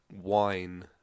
wine